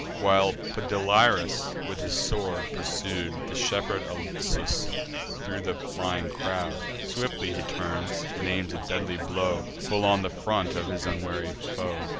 while podalirius, with his sword, pursued the shepherd alsus thro' the flying crowd, swiftly he turns, and aims a deadly blow full on the front of his unwary foe.